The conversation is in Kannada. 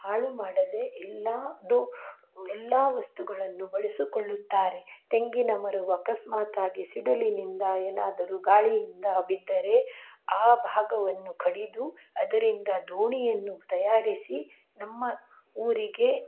ಹಾಳು ಮಾಡದೇ ಎಲ್ಲಾದು ಎಲ್ಲ ವಸ್ತುಗಳನ್ನು ಬಳಸಿಕೊಳ್ಳುತ್ತಾರೆ ತೆಂಗಿನ ಮರವು ಅಕಸ್ಮಾತ್ತಾಗಿ ಸಿಡಿಲಿನಿಂದ ಏನಾದರೂ ಗಾಳಿಯಿಂದ ಬಿದ್ದರೆ ಆ ಭಾಗವನ್ನು ಕಡಿದು ಅದರಿಂದ ದೋಣಿಯನ್ನು ತಯಾರಿಸಿ ನಮ್ಮ ಊರಿಗೆ